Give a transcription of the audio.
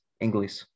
English